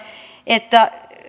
että